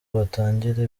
batangire